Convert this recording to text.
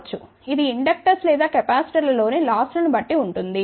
2 dB కావచ్చు ఇది inductors లేదా కెపాసిటర్లలోని లాస్ లను బట్టి ఉంటుంది